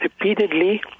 repeatedly